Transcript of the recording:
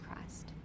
Christ